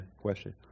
question